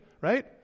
right